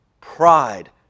pride